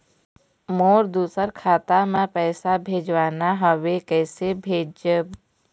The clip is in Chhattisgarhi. मोर दुसर खाता मा पैसा भेजवाना हवे, कइसे भेजों?